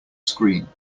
screen